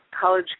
college